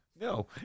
No